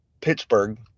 Pittsburgh